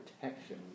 protection